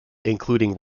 including